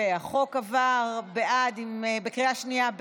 יפה, החוק עבר בקריאה שנייה.